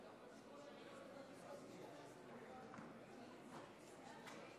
אני קובע שהחלטת הממשלה בהתאם לסעיף